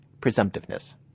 Presumptiveness